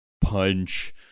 punch